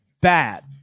bad